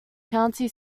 county